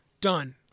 done